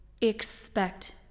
Expect